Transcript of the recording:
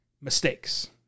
mistakes